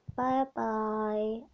bye-bye